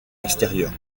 extérieurs